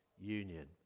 union